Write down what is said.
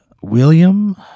william